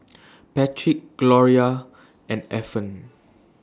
Patrick Gloria and Efren